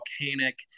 volcanic